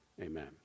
Amen